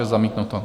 Zamítnuto.